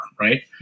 Right